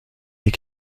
est